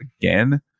again